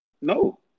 No